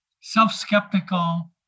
self-skeptical